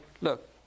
look